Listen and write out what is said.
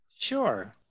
Sure